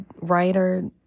writer